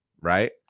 right